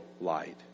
light